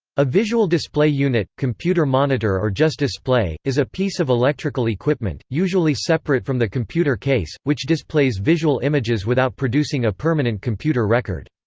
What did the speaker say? a visual display unit, computer monitor or just display, is a piece of electrical equipment, usually separate from the computer case, which displays visual images without producing a permanent computer record.